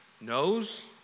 knows